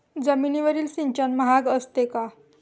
जमिनीवरील सिंचन महाग असते का?